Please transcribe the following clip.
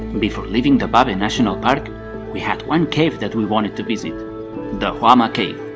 before leaving the ba be national park we had one cave that we wanted to visit the hua ma cave.